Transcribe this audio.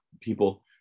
people